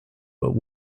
but